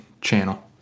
channel